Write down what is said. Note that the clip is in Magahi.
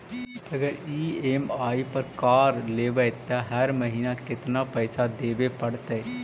अगर ई.एम.आई पर कार लेबै त हर महिना केतना पैसा देबे पड़तै?